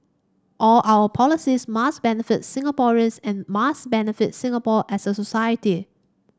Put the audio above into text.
all our policies must benefit Singaporeans and must benefit Singapore as a society